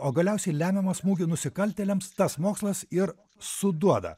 o galiausiai lemiamą smūgį nusikaltėliams tas mokslas ir suduoda